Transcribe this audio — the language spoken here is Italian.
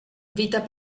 vita